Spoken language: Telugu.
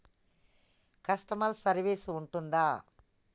కస్టమర్ సర్వీస్ ఉంటుందా?